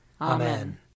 Amen